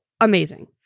amazing